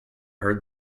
heard